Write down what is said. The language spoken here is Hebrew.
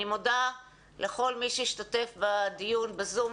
אני מודה לכל מי שהשתתף בדיון בזום.